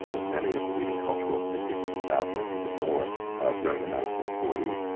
that many of the leading cultural figures in the south went to the north during the nineteen forty